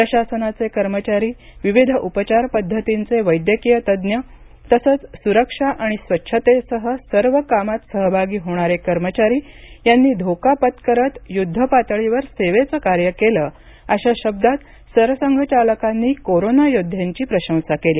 प्रशासनाचे कर्मचारी विविध उपचारपद्धतींचे वैद्यकीय तज्ज्ञ तसंच सुरक्षा आणि स्वच्छतेसह सर्व कामांत सहभागी होणारे कर्मचारी यांनी धोका पत्करत युद्धपातळीवर सेवेचं कार्य केलं अशा शब्दांत सरसंघचालकांनी कोरोनायोद्ध्यांची प्रशंसा केली